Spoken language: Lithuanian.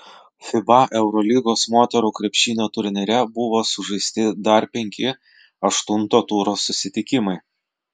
fiba eurolygos moterų krepšinio turnyre buvo sužaisti dar penki aštunto turo susitikimai